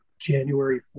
January